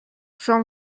son